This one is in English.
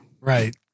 Right